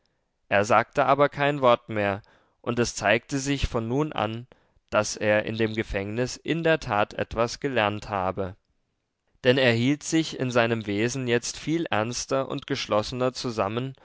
er sagte aber kein wort mehr und es zeigte sich von nun an daß er in dem gefängnis in der tat etwas gelernt habe denn er hielt sich in seinem wesen jetzt viel ernster und geschlossener zusammen